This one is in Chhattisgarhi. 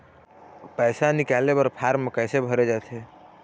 पैसा निकाले बर फार्म कैसे भरे जाथे?